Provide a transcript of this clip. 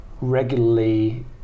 regularly